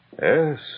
Yes